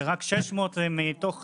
שרק 600 מתוך